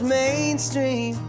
mainstream